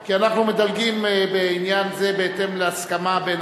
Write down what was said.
כי אנחנו מדלגים בעניין זה בהתאם להסכמה בין